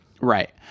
Right